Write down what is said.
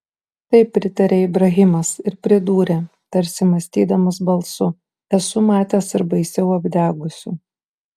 taip pritarė ibrahimas ir pridūrė tarsi mąstydamas balsu esu matęs ir baisiau apdegusių